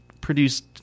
produced